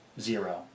zero